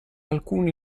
alcuni